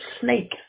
snake